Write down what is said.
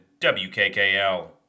WKKL